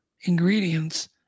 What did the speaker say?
ingredients